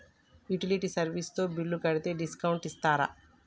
Utility service తో bill కడితే discount ఇస్తరా?